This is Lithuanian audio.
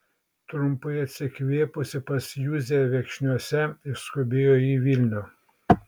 trumpai atsikvėpusi pas juzę viekšniuose išskubėjo į vilnių